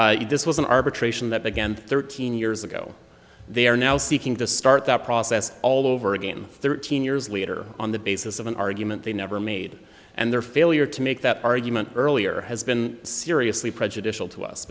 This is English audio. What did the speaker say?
it's this was an arbitration that began thirteen years ago they are now seeking to start that process all over again thirteen years later on the basis of an argument they never made and their failure to make that argument earlier has been seriously prejudicial to us